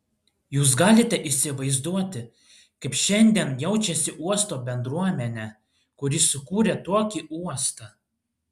jūs galite įsivaizduoti kaip šiandien jaučiasi uosto bendruomenė kuri sukūrė tokį uostą